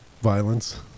violence